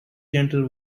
gentle